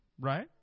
right